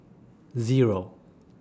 Zero